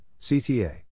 CTA